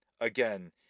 again